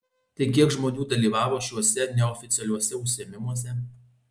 tai kiek žmonių dalyvavo šiuose neoficialiuose užsiėmimuose